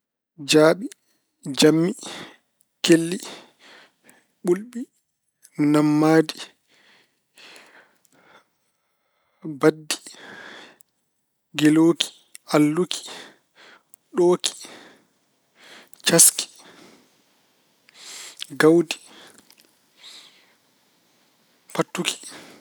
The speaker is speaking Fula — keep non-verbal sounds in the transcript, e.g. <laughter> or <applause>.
Jaaɓi, jammi, kelli, ɓulɓi, nammaadi, <hesitation> baddi, gelooki, alluki, ɗooki, cakki, gawdi, pattuki.